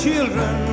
children